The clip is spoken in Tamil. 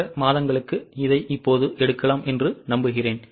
மற்ற மாதங்களுக்கு இதை இப்போது எடுக்கலாம் என்று நம்புகிறேன்